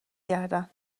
گردن